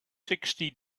sixty